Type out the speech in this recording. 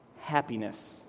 happiness